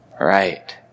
Right